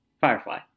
Firefly